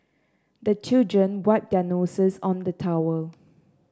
the children wipe their noses on the towel